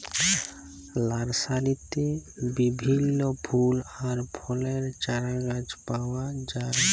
লার্সারিতে বিভিল্য ফুল আর ফলের চারাগাছ পাওয়া যায়